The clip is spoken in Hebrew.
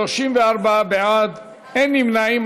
34 בעד, אין נמנעים.